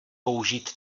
použít